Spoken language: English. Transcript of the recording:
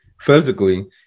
physically